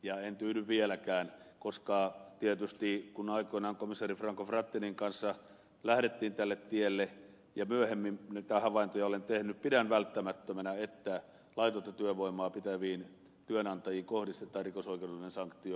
ja en tyydy vieläkään koska tietysti kun aikoinaan komissaari franco frattinin kanssa lähdettiin tälle tielle ja mitä havaintoja myöhemmin olen tehnyt pidän välttämättömänä että laitonta työvoimaa pitäviin työnantajiin kohdistetaan rikosoikeudellinen sanktio